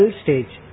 stage